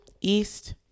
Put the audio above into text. East